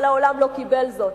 אבל העולם לא קיבל זאת.